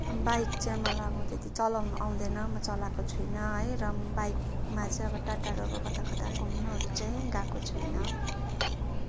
bike चाहिँ अब मलाई अब त्यति चलाउन आउँदैन म चलाएको छुइनँ है र बाइकमा चाहिँ टा टाढो कता कता घुम्नुहरू चाहिँ गएको छुइनँ